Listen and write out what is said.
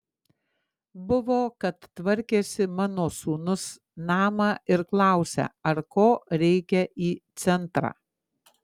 buvo kad tvarkėsi mano sūnus namą ir klausia ar ko reikia į centrą